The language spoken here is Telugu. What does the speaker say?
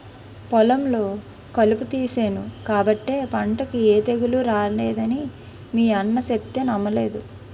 పొలంలో కలుపు తీసేను కాబట్టే పంటకి ఏ తెగులూ రానేదని మీ అన్న సెప్తే నమ్మలేదు